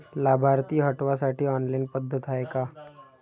लाभार्थी हटवासाठी ऑनलाईन पद्धत हाय का?